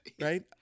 right